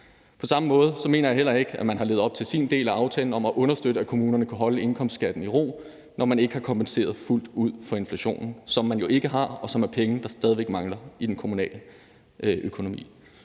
På samme måde mener jeg heller ikke, at man har levet op til sin del af aftalen om at understøtte, at kommunerne kan holde indkomstskatten i ro, når man ikke har kompenseret fuldt ud for inflationen, hvilket man jo ikke har. Det er penge, der stadigvæk mangler i den kommunale økonomi.